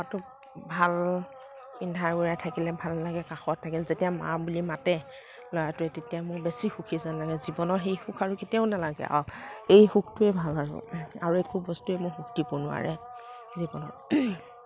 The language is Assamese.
ল'ৰাটোক ভাল পিন্ধাই উৰাই থাকিলে ভাল লাগে কাষত থাকিলে যেতিয়া মা বুলি মাতে ল'ৰাটোৱে তেতিয়া মই বেছি সুখী যেন লাগে জীৱনৰ সেই সুখ আৰু কেতিয়াও নালাগে আৰু এই সুখটোৱে ভাল আৰু একো বস্তুয়ে মোক সুখ দিব নোৱাৰে জীৱনত